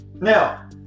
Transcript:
Now